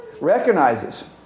recognizes